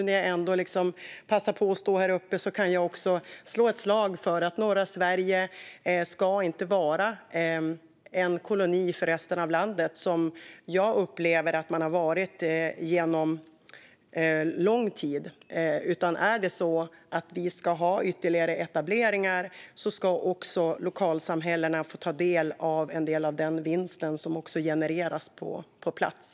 När jag nu ändå passar på att stå här uppe kan jag också slå ett slag för att norra Sverige inte ska vara en koloni för resten av landet, som jag upplever att det har varit under lång tid. Är det så att vi ska ha ytterligare etableringar ska också lokalsamhällena få ta del av den vinst som genereras på plats.